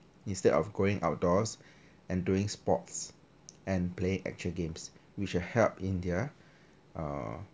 instead of going outdoors and doing sports and play actual games which will help in their uh